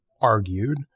argued